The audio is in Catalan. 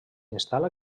instal·la